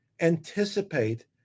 anticipate